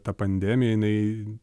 ta pandemija jinai